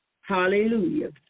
Hallelujah